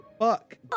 fuck